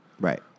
right